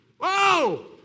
Whoa